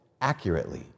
accurately